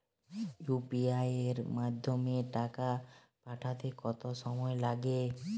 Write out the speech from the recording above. UPI এর মাধ্যমে টাকা পাঠাতে কত সময় লাগে?